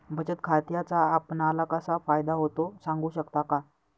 बचत खात्याचा आपणाला कसा फायदा होतो? सांगू शकता का?